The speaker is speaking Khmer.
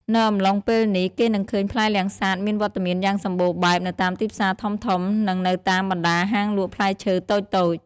នៅអំឡុងពេលនេះ គេនឹងឃើញផ្លែលាំងសាតមានវត្តមានយ៉ាងសម្បូរបែបនៅតាមទីផ្សារធំៗ និងនៅតាមបណ្ដាលហាងលក់ផ្លែឈើតូចៗ។